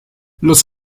los